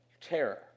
terror